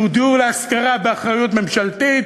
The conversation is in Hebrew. שהוא דיור להשכרה באחריות ממשלתית,